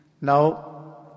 Now